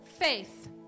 faith